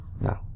No